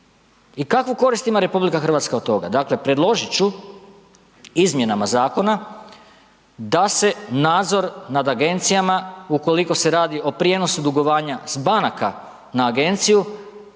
i kakvu korist ima RH od toga. Dakle, predložit ću izmjenama zakona da se nadzor nad agencijama ukoliko se radi o prijenosu dugovanja banaka na agenciju